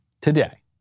Today